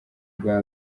bwa